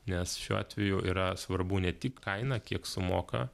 nes šiuo atveju yra svarbu ne tik kaina kiek sumoka